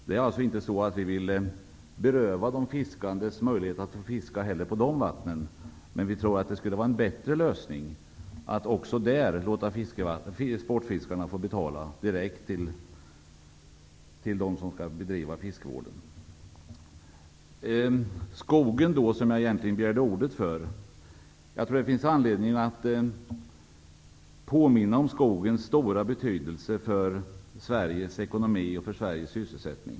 Det är naturligtvis inte så, att vi vill beröva de fiskandes möjligheter till fiske i dessa fria vatten, men det vore en bättre lösning att också i det fallet låta sportfiskarna få betala direkt till dem som har ansvar för fiskevården. Jag begärde egentligen ordet för att tala om skogen. Det finns anledning att påminna om skogens stora betydelse för Sveriges ekonomi och sysselsättning.